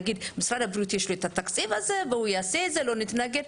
להגיד למשרד הבריאות יש את התקציב ואם הוא יעשה לא נתנגד,